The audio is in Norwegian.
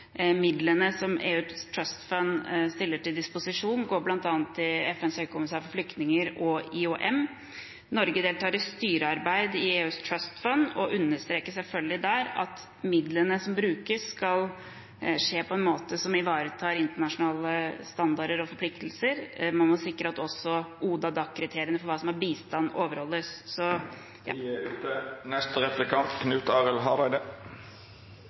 Midlene som EUs Emergency Trust Fund stiller til disposisjon, går bl.a. til FNs høykommissær for flyktninger og IOM. Norge deltar i styrearbeid i EUs Emergency Trust Fund og understreker selvfølgelig der at midlene skal brukes på en måte som ivaretar internasjonale standarder og forpliktelser. Man må sikre at også ODA- og DAC-kriteriene for hva som er bistand, overholdes.